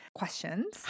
questions